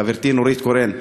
חברתי נורית קורן,